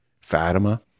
Fatima